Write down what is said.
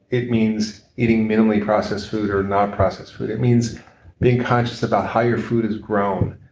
it means eating minimally processed food or non-processed food. it means being conscious about how your food is grown,